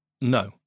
no